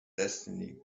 destiny